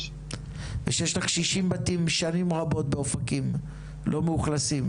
ושיש לך 60 בתים שנים רבות באופקים לא מאוכלסים,